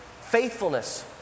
Faithfulness